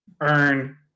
earn